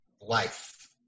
Life